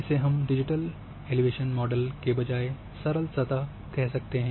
इसे हम digital elevation model के बजाय सरल सतह भी कह सकते हैं